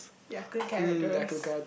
Ya-Kun characters